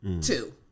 Two